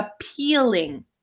appealing